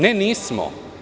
Ne nismo.